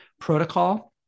protocol